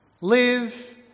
live